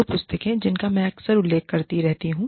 दो पुस्तकें जिनका मैं अक्सर उल्लेख करती रही हूं